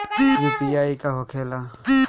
UPI का होखेला?